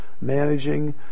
managing